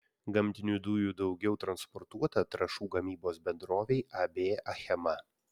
gamtinių dujų daugiau transportuota trąšų gamybos bendrovei ab achema